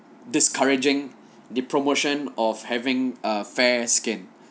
discouraging the promotion of having a fair skin